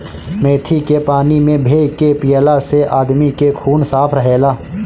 मेथी के पानी में भे के पियला से आदमी के खून साफ़ रहेला